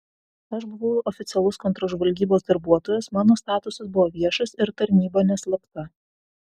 aš buvau oficialus kontržvalgybos darbuotojas mano statusas buvo viešas ir tarnyba neslapta